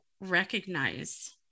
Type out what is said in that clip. recognize